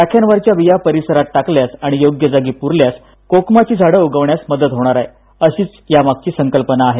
राख्यांवरच्या बिया परिसरात टाकल्यास किंवा योग्य जागी प्रल्यास कोकमची झाडे उगविण्यास मदत होणार आहे अशी या मगच संकल्पना आहे